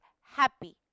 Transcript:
happy